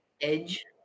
Edge